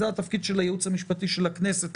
זה התפקיד של הייעוץ המשפטי של הכנסת,